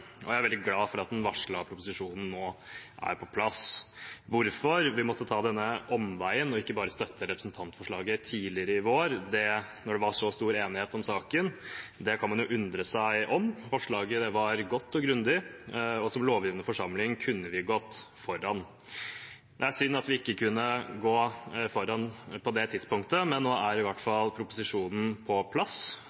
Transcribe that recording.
Jeg er veldig glad for at den varslede proposisjonen nå er på plass. Hvorfor vi måtte ta denne omveien – ikke bare støtte representantforslaget tidligere i vår – når det var så stor enighet om saken, kan man undre seg over. Forslaget var godt og grundig, og som lovgivende forsamling kunne vi gått foran. Det er synd at vi ikke kunne gå foran på det tidspunktet, men nå er i hvert